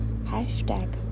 hashtag